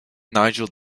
nigel